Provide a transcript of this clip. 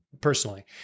personally